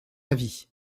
avis